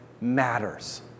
matters